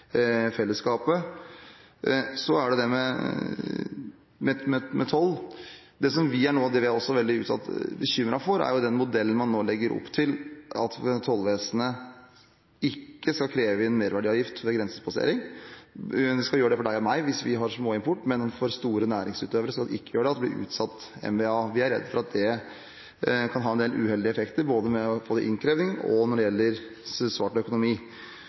Så er det toll. Det som vi har uttalt veldig bekymring for, er at den modellen man nå legger opp til, at Tollvesenet ikke skal kreve inn merverdiavgift ved grensepassering – de skal gjøre det for deg og meg hvis vi har småimport, men for store næringsutøvere skal de ikke gjøre det, det blir utsatt mva. – kan ha en del uheldige effekter, både når det gjelder innkreving, og når det gjelder svart økonomi.